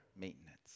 maintenance